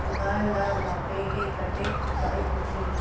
भार ला मापे के कतेक इकाई होथे?